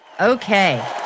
Okay